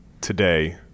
today